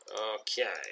Okay